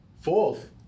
Fourth